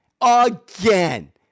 Again